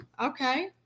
Okay